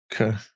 Okay